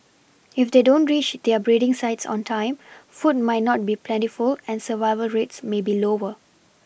if they don't reach their breeding sites on time food might not be plentiful and survival rates may be lower